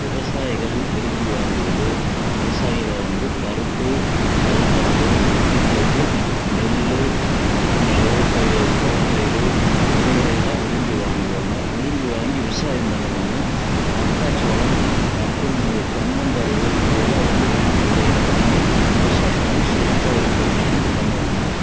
விவசாயிகள் விரும்பி வாங்குவது விவசாயிகள் வாங்குவது பருப்பு கடலப்பருப்பு மற்றும் வந்து நெல் மற்றும் சோள பயிர் சோள பயிர் விதைகளை எல்லாம் விரும்பி வாங்குவாங்க விரும்பி வாங்கி விவசாயம் பண்ணுவாங்க மக்காச்சோளம் மற்றும் கம்மங்கருது இதையெல்லாம் வந்து விரும்பி விதைகளை வாங்கி விவசாயம் பண்ணி செழிப்பாக இருக்கணுன்னு சொல்லி பண்ணுவாங்க